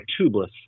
tubeless